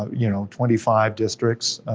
you know, twenty five districts,